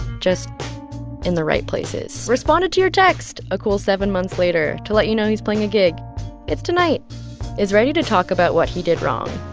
just in the right places responded to your text a cool seven months later to let you know he's playing a gig it's tonight is ready to talk about what he did wrong,